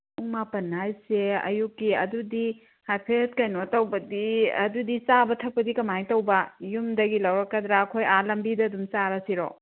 ꯄꯨꯡ ꯃꯥꯄꯜ ꯍꯥꯏꯁꯦ ꯑꯌꯨꯛꯀꯤ ꯑꯗꯨꯗꯤ ꯍꯥꯏꯐꯦꯠ ꯀꯩꯅꯣ ꯇꯧꯕꯗꯤ ꯑꯗꯨꯗꯤ ꯆꯥꯕ ꯊꯛꯄꯗꯤ ꯀꯃꯥꯏꯅ ꯇꯧꯕ ꯌꯨꯝꯗꯒꯤ ꯂꯧꯔꯛꯀꯗ꯭ꯔꯥ ꯑꯩꯈꯣꯏ ꯑꯥ ꯂꯝꯕꯤꯗ ꯑꯗꯨꯝ ꯆꯥꯔꯁꯤꯔꯣ